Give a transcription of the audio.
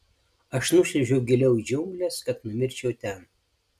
aš nušliaužiau giliau į džiungles kad numirčiau ten